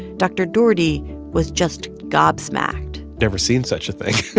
dr. dougherty was just gobsmacked never seen such a thing.